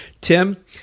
Tim